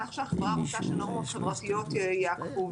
לכך שהחברה רוצה שנורמות חברתיות ייאכפו.